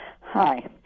Hi